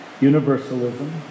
universalism